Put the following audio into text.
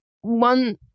one